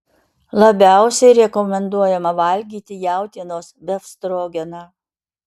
labiausiai rekomenduojama valgyti jautienos befstrogeną